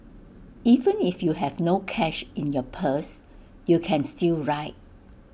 even if you have no cash in your purse you can still ride